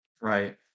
Right